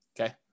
Okay